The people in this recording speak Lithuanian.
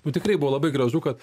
nu tikrai buvo labai gražu kad